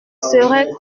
serait